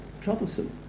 troublesome